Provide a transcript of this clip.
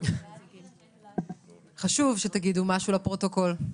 חשוב שתגידו משהו לפרוטוקול.